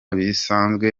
bisanzwe